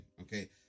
Okay